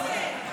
מה זה?